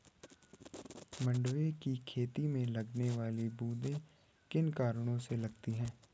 मंडुवे की खेती में लगने वाली बूंदी किन कारणों से लगती है?